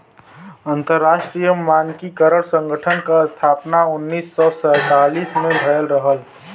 अंतरराष्ट्रीय मानकीकरण संगठन क स्थापना उन्नीस सौ सैंतालीस में भयल रहल